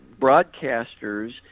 broadcasters